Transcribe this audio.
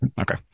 Okay